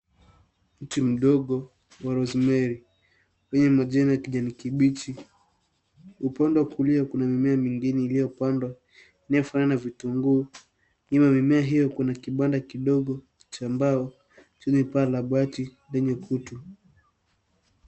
Mti mdogo wa rosemary enye majani ya kijani kibichi. Upande wa kulia kuna mimea mingine iliopandwa inaofanana na vitunguu. Nyuma ya mimea hiyo kuna kibanda kidogo cha mbao chenye paa la bati lenye kutu.